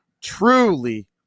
truly